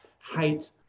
height